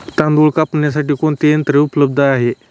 तांदूळ कापण्यासाठी कोणते यंत्र उपलब्ध आहे?